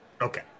Okay